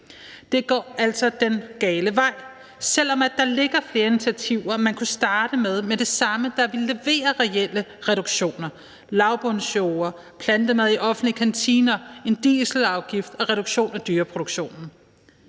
Det går altså den gale vej, selv om der ligger flere initiativer, man kunne starte med med det samme, og som ville levere reelle reduktioner: lavbundsjorder, plantemad i offentlige kantiner, en dieselafgift og reduktion af dyreproduktionen.